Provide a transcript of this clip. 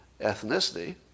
ethnicity